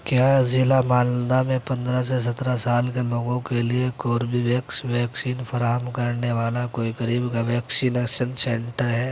کیا ضلع مالدہ میں پندرہ سے سترہ سال کے لوگوں کے لیے کوربیویکس ویکسین فراہم کرنے والا کوئی قریب کا ویکسینیسن سنٹر ہے